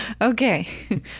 Okay